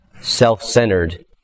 self-centered